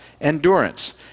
endurance